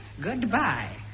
Goodbye